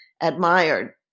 admired